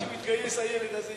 ההצעה להעביר את הנושא